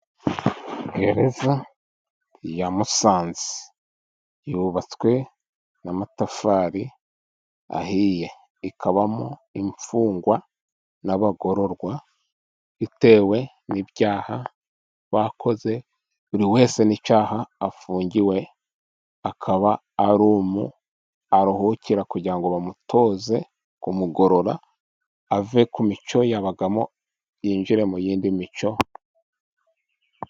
Gerereza ya musanze yubatswe n'amatafari ahiye, ikabamo imfungwa n'abagororwa, bitewe n'ibyaha bakoze, buri wese n'icyaha afungiwe akaba arumu, aruhukira kugira ngo bamutoze, kumugorora ave ku micyo yabagamo yinjire mu yindi micyo.